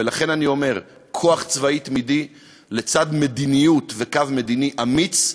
ולכן אני אומר: כוח צבאי תמידי לצד מדיניות וקו מדיני אמיץ,